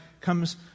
comes